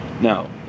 Now